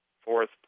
fourth